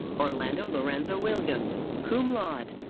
orlando lorenzo williams, cum laude.